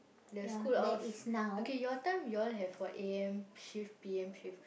the school hours okay your time you all have what A_M shift P_M shift